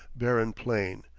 barren plain,